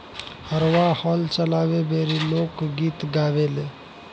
हरवाह हल चलावे बेरी लोक गीत गावेले